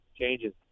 changes